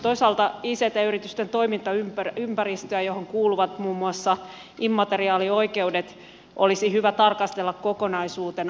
toisaalta ict yritysten toimintaympäristöä johon kuuluvat muun muassa immateriaalioikeudet olisi hyvä tarkastella kokonaisuutena